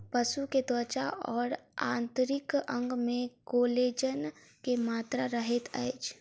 पशु के त्वचा और आंतरिक अंग में कोलेजन के मात्रा रहैत अछि